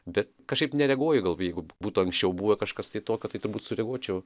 bet kažkaip nereaguoju gal jeigu būtų anksčiau buvę kažkas tai tokio tai turbūt sureaguočiau